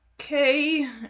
okay